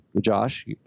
Josh